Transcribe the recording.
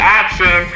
action